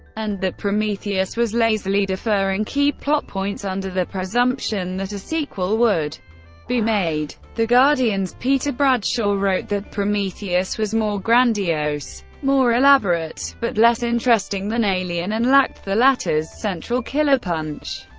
and that prometheus was lazily deferring key plot points under the presumption that a sequel would be made. the guardian's peter bradshaw wrote that prometheus was more grandiose, more elaborate but less interesting than alien, and lacked the latter's central killer punch.